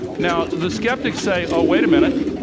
now, the skeptics say, oh, wait a minute,